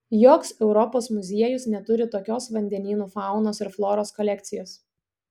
joks europos muziejus neturi tokios vandenynų faunos ir floros kolekcijos